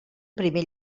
primer